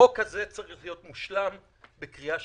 הצעת החוק הזאת צריכה להיות מושלמת בקריאה שלישית,